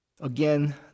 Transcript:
Again